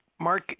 Mark